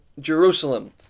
Jerusalem